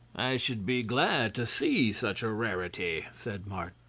i should be glad to see such a rarity, said martin.